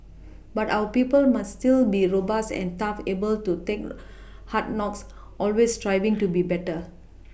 but our people must still be robust and tough able to take hard knocks always striving to be better